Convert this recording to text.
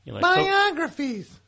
Biographies